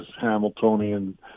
Hamiltonian